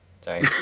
Sorry